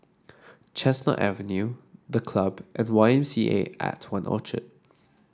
Chestnut Avenue The Club and Y M C A At One Orchard